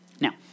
Now